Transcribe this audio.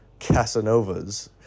Casanovas